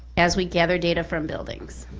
as we gather data from buildings.